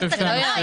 היה עליו תקנה,